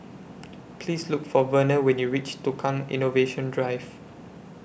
Please Look For Verner when YOU REACH Tukang Innovation Drive